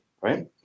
right